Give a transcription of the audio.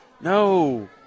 no